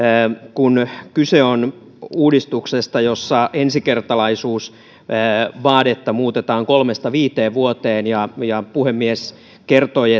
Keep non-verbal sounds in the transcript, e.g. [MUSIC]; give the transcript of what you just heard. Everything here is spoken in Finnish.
kun kyse on uudistuksesta jossa ensikertalaisuusvaadetta muutetaan kolmesta viiteen vuoteen ja ja puhemies kertoi [UNINTELLIGIBLE]